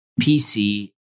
PC